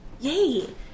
Yay